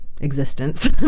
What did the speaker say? Existence